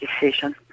decision